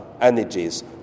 energies